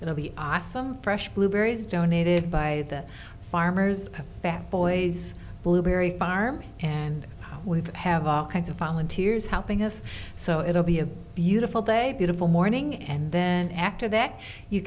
the awesome fresh blueberries donated by the farmers back boys blueberry farm and we have all kinds of volunteers helping us so it'll be a beautiful day beautiful morning and then after that you